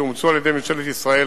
שאומצו על-ידי ממשלת ישראל,